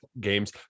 games